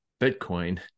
Bitcoin